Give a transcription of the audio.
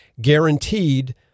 guaranteed